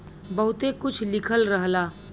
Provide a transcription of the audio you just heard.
बहुते कुछ लिखल रहला